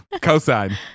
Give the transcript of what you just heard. cosine